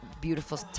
beautiful